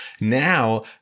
now